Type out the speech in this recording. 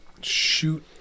shoot